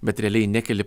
bet realiai nekeli